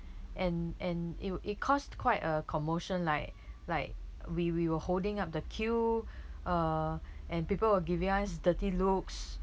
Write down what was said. and and it will it cost quite a commotion like like we we were holding up the queue uh and people were giving us dirty looks